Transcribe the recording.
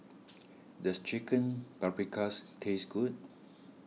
does Chicken Paprikas taste good